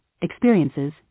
experiences